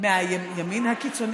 מהימין הקיצוני.